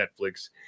Netflix